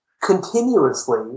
continuously